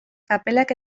kapelak